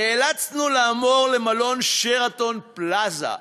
נאלצנו לעבור למלון "שרתון פלאזה".